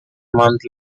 month